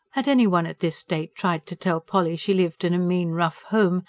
had anyone at this date tried to tell polly she lived in a mean, rough home,